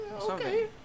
okay